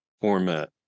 format